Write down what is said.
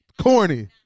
Corny